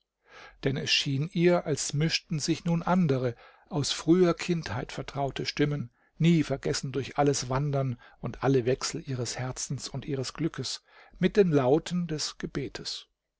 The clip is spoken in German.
denn es schien ihr als mischten sich nun andere aus früher kindheit vertraute stimmen nie vergessen durch alles wandern und alle wechsel ihres herzens und ihres glückes mit den lauten des gebetes